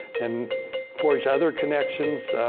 and forge other connections.